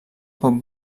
pot